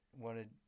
wanted